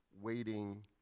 waiting